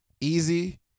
Easy